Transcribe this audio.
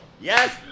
Yes